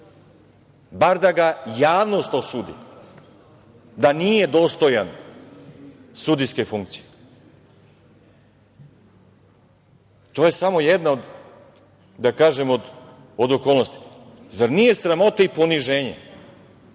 Bar da ga javnost osudi da nije dostojan sudijske funkcije. To je samo jedna, da kažem, od okolnosti. Zar nije sramota i poniženje